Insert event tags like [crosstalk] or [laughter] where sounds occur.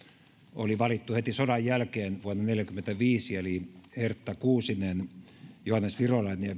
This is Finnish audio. oli valittu heti sodan jälkeen vuonna neljäkymmentäviisi eli hertta kuusinen johannes virolainen ja [unintelligible]